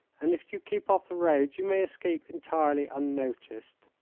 and if you keep off the roads you may escape entirely unnoticed.